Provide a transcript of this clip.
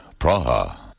Praha